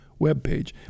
webpage